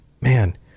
man